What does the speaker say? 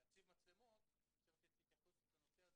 להציב מצלמות צריך לתת התייחסות לזה,